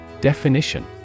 Definition